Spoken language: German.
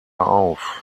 auf